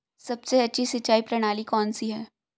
सबसे अच्छी सिंचाई प्रणाली कौन सी है?